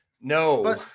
no